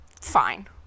fine